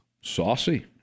saucy